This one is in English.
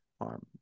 arm